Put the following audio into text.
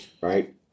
right